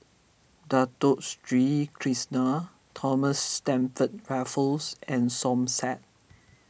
Dato Sri Krishna Thomas Stamford Raffles and Som Said